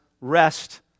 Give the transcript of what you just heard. rest